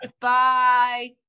Bye